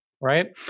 Right